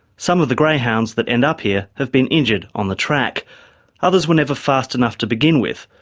some of the greyhounds that end up here have been injured on the track others were never fast enough to begin with,